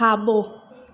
खाॿो